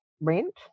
rent